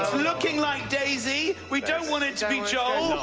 looking like daisy. we don't want it to be joel.